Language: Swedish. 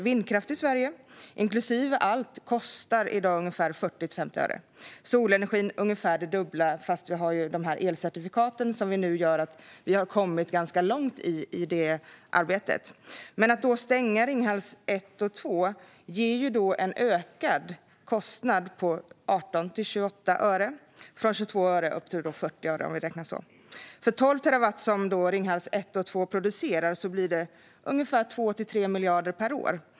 Vindkraft i Sverige, inklusive allt, kostar i dag 40-50 öre. Solenergi kostar ungefär det dubbla, fast nu har vi elcertifikaten som gör att vi har kommit ganska långt i arbetet. Att stänga Ringhals 1 och 2 ger en ökad kostnad på 18-28 öre, eller från 22 öre upp till 40 öre, om vi räknar så. För 12 terawatt, som Ringhals 1 och 2 producerar, blir det ungefär 2-3 miljarder per år.